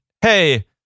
hey